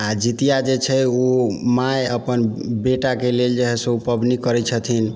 आओर जितिया जे छै उ माय अपन बेटाके लेल जे हय से उ पबनी करै छथिन